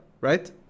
right